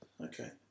Okay